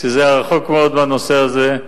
כשהיינו רחוקים מאוד מהנושא הזה,